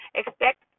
expect